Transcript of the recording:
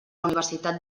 universitat